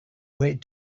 wait